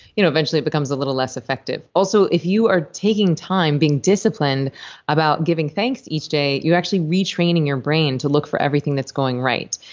you know eventually it becomes a little less effective also, if you are taking time being disciplined about giving thanks each day, you're actually retraining your brain to look for everything that's going right.